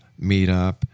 meetup